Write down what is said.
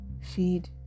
Feed